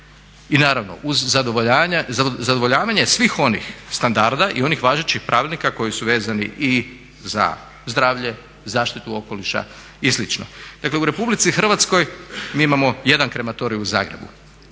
i naravno uz zadovoljavanje svih onih standarda i onih važećih pravilnika koji su vezani i za zdravlje, zaštitu okoliša i slično. Dakle, u RH mi imamo jedan krematorij u Zagrebu